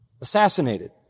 assassinated